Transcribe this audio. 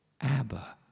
Abba